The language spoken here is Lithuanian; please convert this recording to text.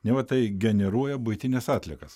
neva tai generuoja buitines atliekas